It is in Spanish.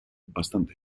bastante